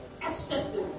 excesses